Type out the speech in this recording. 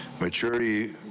maturity